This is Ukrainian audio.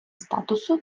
статусу